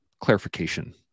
clarification